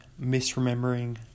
misremembering